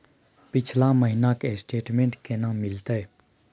पिछला महीना के स्टेटमेंट केना मिलते?